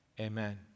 Amen